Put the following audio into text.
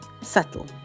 subtle